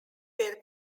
were